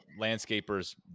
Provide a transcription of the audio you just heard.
landscapers